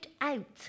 out